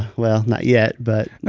well, not yet but